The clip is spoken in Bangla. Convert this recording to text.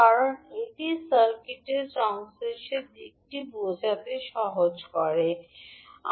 কারণ এটি সার্কিটের Circuitসংশ্লেষের দিকটি বোঝা সহজ হবে